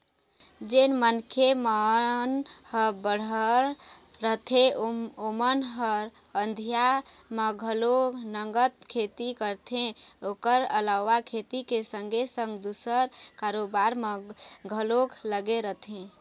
जेन मनखे मन ह बड़हर रहिथे ओमन ह अधिया म घलोक नंगत खेती करथे ओखर अलावा खेती के संगे संग दूसर कारोबार म घलोक लगे रहिथे